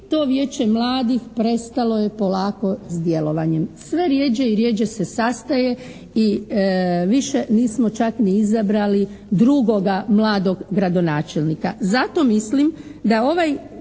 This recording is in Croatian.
to Vijeće mladih prestalo je polako s djelovanjem. Sve rjeđe i rjeđe se sastaje i više nismo čak ni izabrali drugoga mladog gradonačelnika. Zato mislim da ovaj